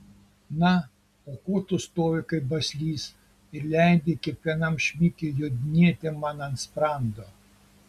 na o ko tu stovi kaip baslys ir leidi kiekvienam šmikiui jodinėti man ant sprando